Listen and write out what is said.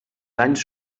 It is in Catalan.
danys